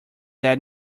that